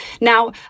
Now